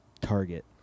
target